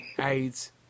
AIDS